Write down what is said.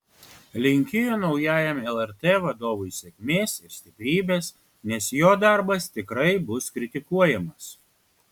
linkėjo naujajam lrt vadovui sėkmės ir stiprybės nes jo darbas tikrai bus kritikuojamas